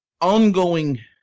ongoing